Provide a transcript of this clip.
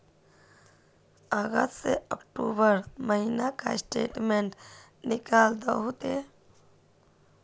अगस्त से अक्टूबर महीना का स्टेटमेंट निकाल दहु ते?